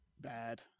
bad